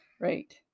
Right